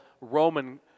Roman